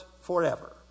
forever